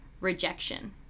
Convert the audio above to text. rejection